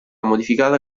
modificata